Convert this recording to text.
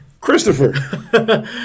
Christopher